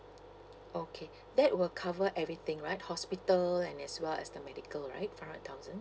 okay that will cover everything right hospital and as well as the medical right five hundred thousand